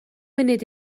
munud